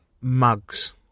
mugs